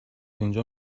اینجا